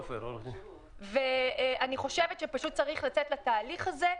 אני חושבת שצריך לצאת לתהליך הזה,